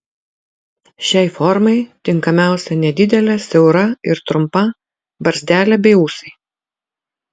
šiai formai tinkamiausia nedidelė siaura ir trumpa barzdelė bei ūsai